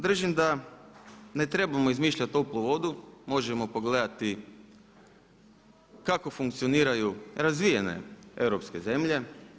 Držim da ne trebamo izmišljati toplu vodu, možemo pogledati kako funkcioniraju razvijene europske zemlje.